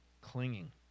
clinging